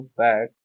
back